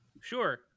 Sure